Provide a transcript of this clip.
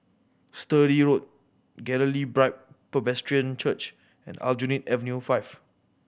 Sturdee Road Galilee Bible Presbyterian Church and Aljunied Avenue Five